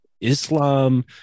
Islam